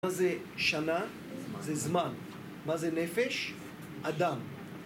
מה זה שנה? זה זמן. מה זה נפש? אדם.